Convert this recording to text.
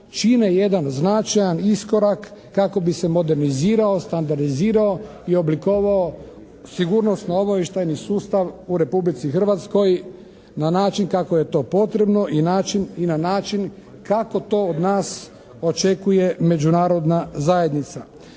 čine jedan značajan iskorak kako bi se modernizirao, standardizirao i oblikovao sigurnosno-obavještajni sustav u Republici Hrvatskoj na način kako je to potrebno i na način kako to od nas očekuje međunarodna zajednica.